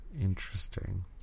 Interesting